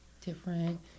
different